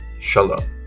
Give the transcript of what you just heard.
Shalom